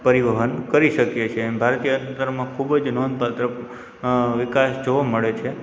પરિવહન કરી શકીએ છીએ એમ ભારતીય અર્થતંત્રમાં ખૂબ જ નોંધપાત્ર વિકાસ જોવા મળે છે